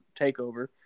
TakeOver